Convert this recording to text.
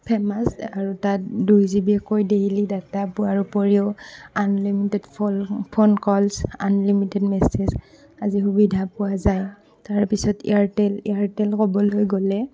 famous আৰু তাত দুই জিবিকৈ ডেইলি ডাটা পোৱাৰ উপৰিও unlimited full phone calls unlimited message আদি সুবিধা পোৱা যায় তাৰপিছত এয়াৰটেল এয়াৰটেল ক'বলৈ গ'লে